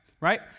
Right